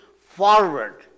forward